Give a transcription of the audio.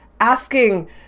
asking